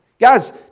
Guys